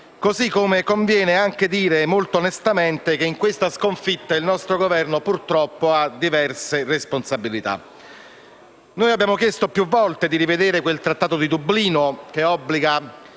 così come conviene dire molto onestamente che in questa sconfitta il nostro Governo ha purtroppo diverse responsabilità. Abbiamo chiesto più volte di rivedere quel Regolamento di Dublino che obbliga